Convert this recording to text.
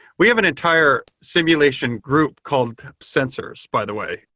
we have an entire simulation group called sensors, by the way.